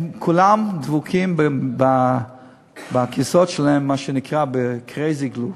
הם כולם דבוקים לכיסאות שלהם במה שנקרא Krazy Glue,